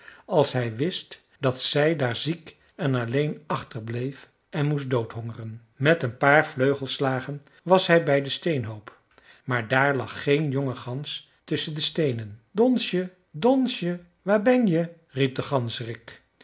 als hij wist dat zij daar ziek en alleen achter bleef en moest doodhongeren met een paar vleugelslagen was hij bij den steenhoop maar daar lag geen jonge gans tusschen de steenen donsje donsje waar ben je riep